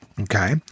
Okay